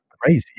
crazy